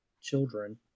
children